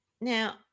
Now